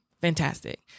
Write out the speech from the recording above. Fantastic